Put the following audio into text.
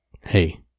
Hey